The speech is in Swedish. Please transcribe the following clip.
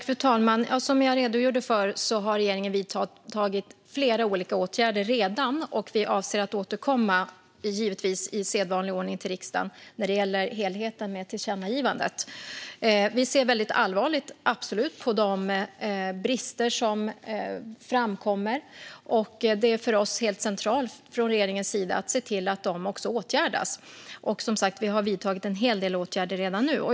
Fru talman! Som jag redogjorde för har regeringen vidtagit flera olika åtgärder redan, och vi avser givetvis att återkomma i sedvanlig ordning till riksdagen när det gäller helheten med tillkännagivandet. Vi ser absolut väldigt allvarligt på de brister som framkommer. Det är för regeringen helt centralt att se till att de åtgärdas. Som sagt har vi vidtagit en hel del åtgärder redan nu.